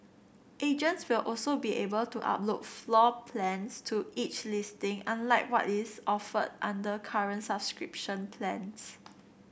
agents will also be able to upload floor plans to each listing unlike what is offered under current subscription plans